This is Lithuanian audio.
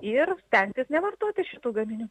ir stengtis nevartoti šitų gaminių